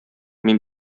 мин